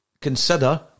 consider